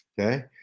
Okay